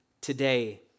today